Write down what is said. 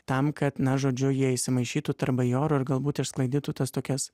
tam kad na žodžiu jie įsimaišytų tarp bajorų ir galbūt išsklaidytų tas tokias